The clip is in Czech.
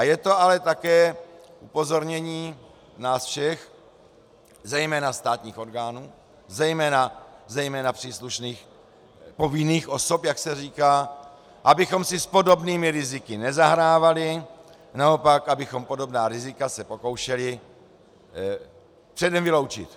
Je to ale také upozornění nás všech, zejména státních orgánů, zejména příslušných povinných osob, jak se říká, abychom si s podobnými riziky nezahrávali, naopak, abychom se podobná rizika pokoušeli předem vyloučit.